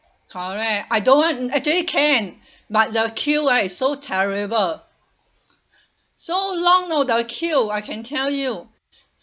correct I don't want actually can but the queue ah is so terrible so long know the queue I can tell you